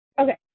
Okay